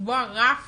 לקבוע רף